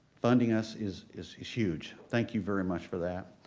funding us is is huge. thank you very much for that.